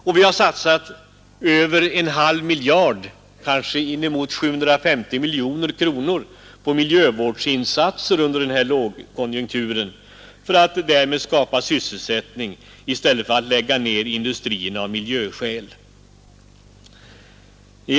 Och vi har satsat över en halv miljard kronor, kanske inemot 750 miljoner kronor, på miljövårdsinsatser under den här lågkonjunkturen för att därmed skapa sysselsättning i stället för att industrier läggs ner av miljöskäl.